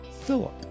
Philip